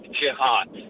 jihad